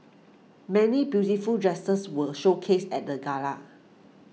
many beautiful dresses were showcased at the gala